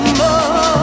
more